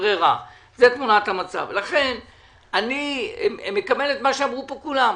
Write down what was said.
לכן אני מקבל את מה שאמרו פה כולם.